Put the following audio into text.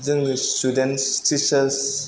जोंनो students teachers